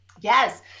Yes